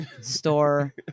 store